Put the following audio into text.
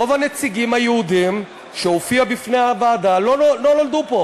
"רוב הנציגים היהודים שהופיעו בפני הוועדה לא נולדו פה.